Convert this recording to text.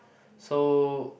so